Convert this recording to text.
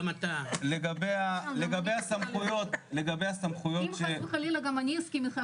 גם אתה --- לגבי הסמכויות --- אם חס וחלילה גם אני אסכים איתך,